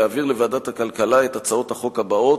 להעביר לוועדת הכלכלה את הצעות החוק הבאות: